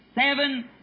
seven